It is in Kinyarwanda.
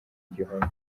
gihome